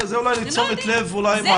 זה אולי לתשומת לב מערך ההסברה בעניין הזה.